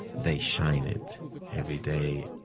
they shine it every day.